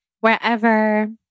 wherever